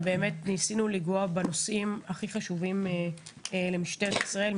ניסינו לגעת בנושאים הכי חשובים למשטרת ישראל,